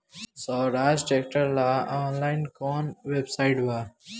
सोहराज tractor ला online कोउन website बा?